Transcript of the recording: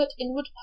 inward